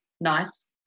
Nice